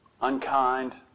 unkind